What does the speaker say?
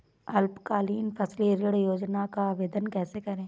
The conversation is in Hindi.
अल्पकालीन फसली ऋण योजना का आवेदन कैसे करें?